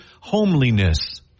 homeliness